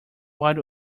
wide